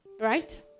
right